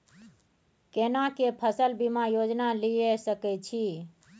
केना के फसल बीमा योजना लीए सके छी?